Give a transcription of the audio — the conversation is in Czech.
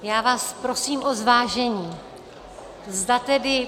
Já vás prosím o zvážení, zda tedy...